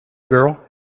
girl